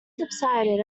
subsided